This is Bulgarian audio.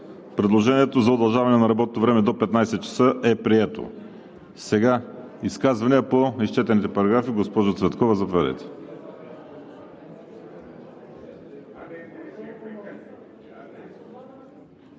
Предложението за удължаване на работното време до 15,00 ч. е прието. Изказвания по изчетените параграфи? Госпожо Цветкова, заповядайте.